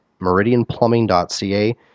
meridianplumbing.ca